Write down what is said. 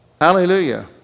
Hallelujah